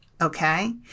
Okay